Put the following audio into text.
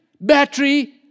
battery